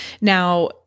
Now